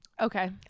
okay